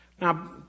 now